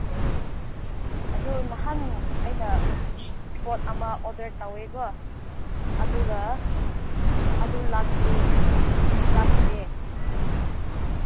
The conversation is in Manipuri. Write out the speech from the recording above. ꯑꯣ ꯑꯣ ꯑꯗꯨ ꯅꯍꯥꯟ ꯑꯩꯅ ꯄꯣꯠ ꯑꯃ ꯑꯣꯗꯔ ꯇꯧꯋꯦꯀꯣ ꯑꯗꯨꯒ ꯑꯗꯨ ꯂꯥꯛꯇ꯭ꯔꯤ ꯂꯥꯛꯇ꯭ꯔꯦ